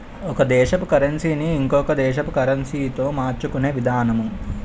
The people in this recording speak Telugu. ఒక దేశపు కరన్సీ ని ఇంకొక దేశపు కరెన్సీతో మార్చుకునే విధానము